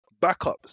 backups